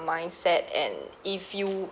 mindset and if you